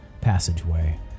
passageway